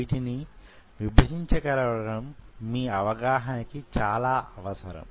వీటిని విభజించ గలగడం మీ అవగాహన కి చాలా అవసరం